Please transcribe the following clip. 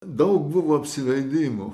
daug buvo apsileidimų